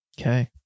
okay